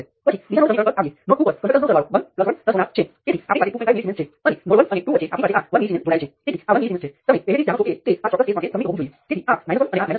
હવે કરંટ સ્ત્રોત હોવામાં શું પ્રોબ્લેમ છે પછી ભલે તે સ્વતંત્ર હોય કે નિયંત્રિત